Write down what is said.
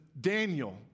Daniel